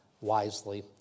wisely